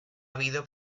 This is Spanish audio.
habido